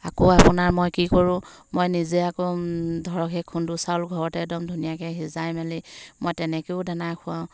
আকৌ আপোনাৰ মই কি কৰোঁ মই নিজে আকৌ ধৰক সেই খুন্দু চাউল ঘৰতে একদম ধুনীয়াকৈ সিজাই মেলি মই তেনেকৈয়ো দানা খোৱাওঁ